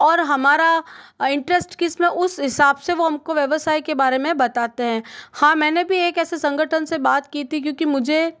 और हमारा इंटरेस्ट कितना उसे हिसाब से वह हमको व्यवसाय के बारे में बताते हैं हाँ मैंने भी एक ऐसे संगठन से बात की थी क्योंकि मुझे